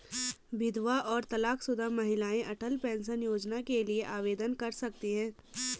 विधवा और तलाकशुदा महिलाएं अटल पेंशन योजना के लिए आवेदन कर सकती हैं